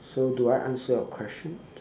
so do I answer your question